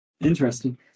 Interesting